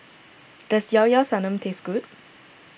does Llao Llao Sanum taste good